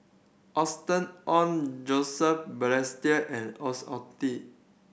Austen Ong Joseph Balestier and